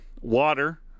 water